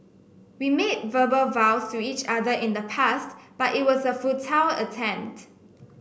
we made verbal vows to each other in the past but it was a futile attempt